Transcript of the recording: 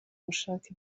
gushaka